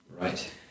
Right